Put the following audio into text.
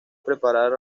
preparar